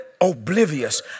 Oblivious